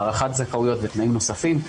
בהארכת זכאויות ותנאים נוספים,